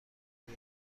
خدا